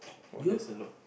oh that's it lor